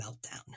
Meltdown